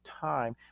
time